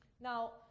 Now